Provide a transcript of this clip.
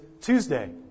Tuesday